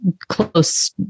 close